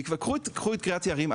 קחו את קריית יערים,